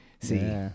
see